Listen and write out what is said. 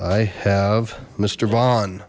i have mr bond